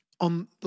on